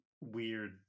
weird